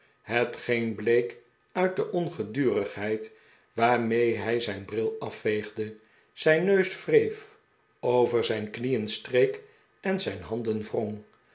hetgeen bleek uit de ongedurigheid waarmee hij zijn bril afveegde zijn neus wre'ef over zijn knieen streek en zijn handen